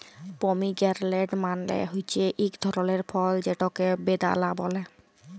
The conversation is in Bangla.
পমিগেরলেট্ মালে হছে ইক ধরলের ফল যেটকে বেদালা ব্যলে